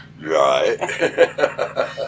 right